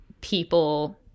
people